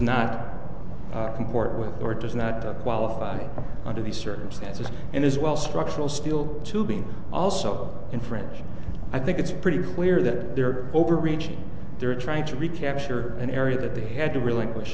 with or does not qualify under the circumstances and as well structural steel tubing also in french i think it's pretty clear that they're over reaching they're trying to recapture an area that they had to relinquish